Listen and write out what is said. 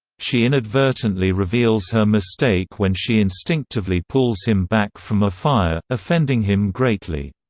she inadvertently reveals her mistake when she instinctively pulls him back from a fire, offending him greatly.